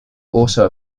also